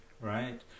Right